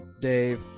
dave